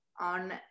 on